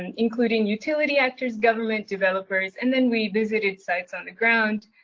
and including utility actors, government developers, and then we visited sites on the ground.